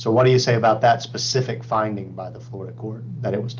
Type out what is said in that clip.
so what do you say about that specific finding by the florida court that it was